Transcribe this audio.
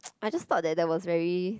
I thought that that was very